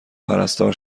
پرستار